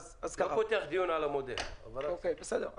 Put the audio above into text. בסדר.